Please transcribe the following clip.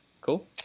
cool